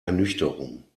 ernüchterung